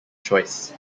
choice